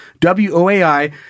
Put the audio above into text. WOAI